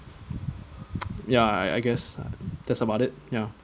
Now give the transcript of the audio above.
ya I guess that's about it ya